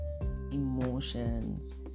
emotions